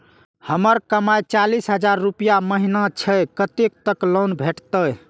हमर कमाय चालीस हजार रूपया महिना छै कतैक तक लोन भेटते?